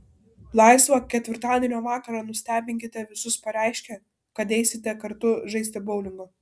laisvą ketvirtadienio vakarą nustebinkite visus pareiškę kad eisite kartu žaisti boulingo